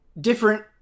different